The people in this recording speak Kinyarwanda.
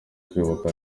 kwibuka